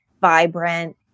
vibrant